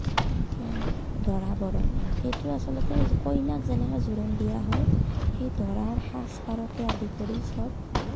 দৰাবৰণ সেইটো আচলতে কইনাক যেনেকৈ জোৰোণ দিয়া হয় সেই দৰাৰ সাজ পাৰকে আদি কৰি সব